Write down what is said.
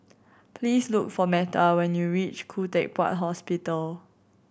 please look for Metta when you reach Khoo Teck Puat Hospital